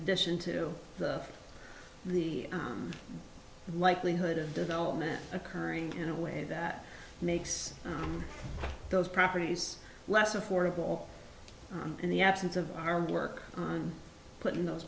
addition to the likelihood of development occurring in a way that makes those properties less affordable in the absence of our work on putting those